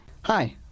Hi